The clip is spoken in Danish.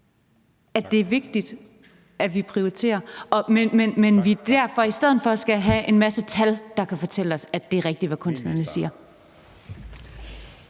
at det er vigtigt, at vi prioriterer, men at vi i stedet for skal have en masse tal, der kan fortælle os, at det er rigtigt, hvad kunstnerne siger.